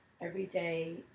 everyday